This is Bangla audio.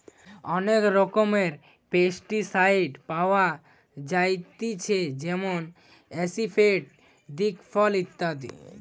অনেক রকমের পেস্টিসাইড পাওয়া যায়তিছে যেমন আসিফেট, দিকফল ইত্যাদি